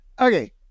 Okay